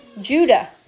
Judah